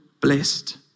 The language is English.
blessed